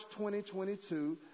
2022